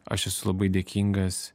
aš esu labai dėkingas